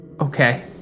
Okay